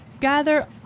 gather